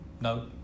No